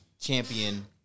champion